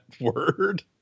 word